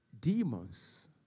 Demons